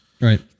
Right